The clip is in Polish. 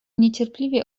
niecierpliwie